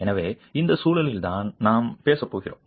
எனவே இந்த சூழலில்தான் நாம் பேசப்போகிறோம்